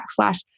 backslash